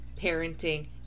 parenting